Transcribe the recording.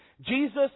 Jesus